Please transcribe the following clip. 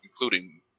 including